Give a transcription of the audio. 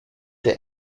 der